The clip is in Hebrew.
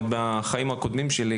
עוד בחיים הקודמים שלי,